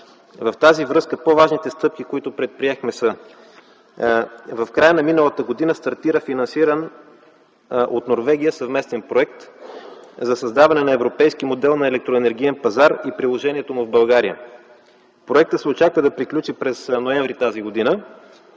В тази връзка по-важните стъпки, които предприехме, са: В края на миналата година стартира финансиран от Норвегия съвместен проект за създаване на европейски модел на електроенергиен пазар и приложението му в България. Проектът се очаква да приключи през м. ноември т.г.,